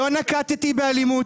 לא נקטתי באלימות.